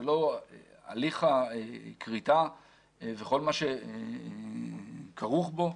הליך הכריתה וכל מה שכרוך בו.